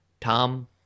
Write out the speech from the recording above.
Tom